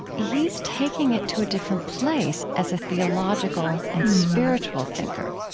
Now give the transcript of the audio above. he's taking it to a different place as a theological and spiritual thinker,